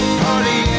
party